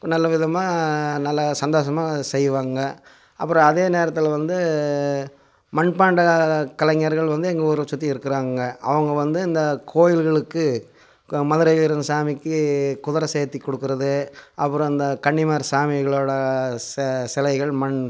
நல்லவிதமாக நல்ல சந்தோஷமாக செய்வாங்க அப்பறம் அதே நேரத்தில் வந்து மண்பாண்டக் கலைஞர்கள் வந்து எங்கூரை சுற்றி இருக்கிறாங்க அவங்க வந்து இந்த கோயில்களுக்கு மதுரை வீரன் சாமிக்கு குதிர சேத்தி கொடுக்குறது அப்பறம் இந்த கன்னிமார் சாமிகளோடய செ சிலைகள் மண்